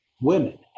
women